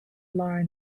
lara